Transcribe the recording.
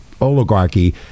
oligarchy